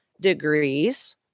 degrees